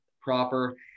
proper